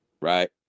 right